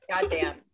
Goddamn